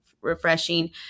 refreshing